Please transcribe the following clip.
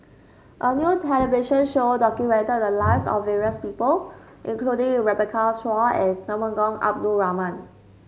a new television show documented the lives of various people including Rebecca Chua and Temenggong Abdul Rahman